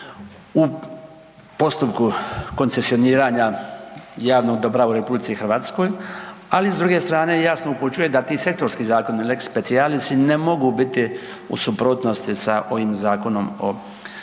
u postupku koncesioniranja javnog dobra u RH, ali s druge strane jasno upućuje da ti sektorski zakoni lex specialis i ne mogu biti u suprotnosti sa ovim Zakonom o